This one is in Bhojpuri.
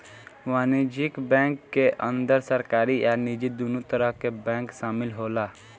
वाणिज्यक बैंकिंग के अंदर सरकारी आ निजी दुनो तरह के बैंक शामिल होला